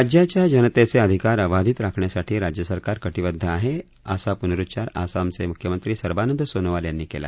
राज्याच्या जनतेचे अधिकार अबांधित राखण्यासाठी राज्यसरकार कटिबद्ध आहे असा प्नरुच्चार आसामचे मुख्यमंत्री सर्बानंद सोनोवाल यांनी केला